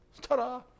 Ta-da